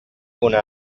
una